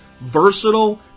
versatile